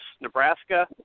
Nebraska